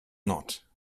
not